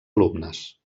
alumnes